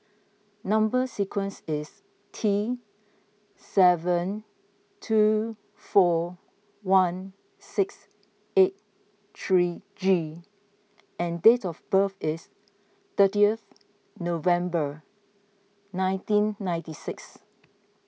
Number Sequence is T seven two four one six eight three G and date of birth is thirtieth November nineteen ninety six